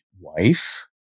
wife